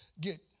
Get